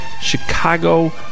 Chicago